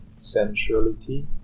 sensuality